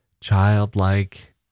childlike